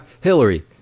Hillary